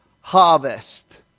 harvest